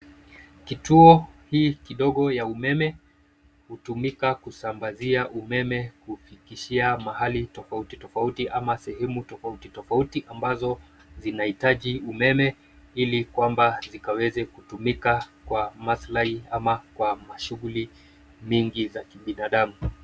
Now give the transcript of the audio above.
Kituo hii kidogo ya umeme hutumika kusambazia umeme kupitishia mahali tofauti tofauti ama sehemu tofauti tofauti ambazo zinahitaji umeme ili kwamba zikaweze kutumika kwa maslahi ama kwa shughuli mingi za kibinadamu.